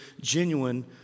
genuine